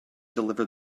deliver